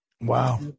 Wow